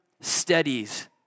steadies